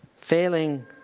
failing